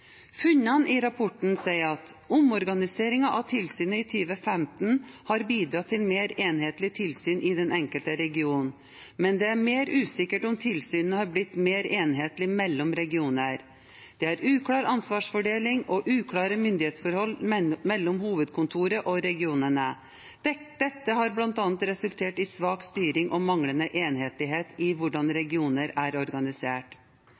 i de fem regionene». Funnene i rapporten viser: «Omorganiseringen har bidratt til mer enhetlige tilsyn i den enkelte region, mens det er mer usikkert om tilsynene har blitt mer enhetlig mellom regioner. Det er uklar ansvarsfordeling og uklare myndighetsforhold mellom hovedkontoret og regionene. Dette har blant annet resultert i svak styring og manglende enhetlighet i hvordan regioner er organisert.»